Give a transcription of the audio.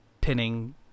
Pinning